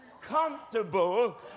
comfortable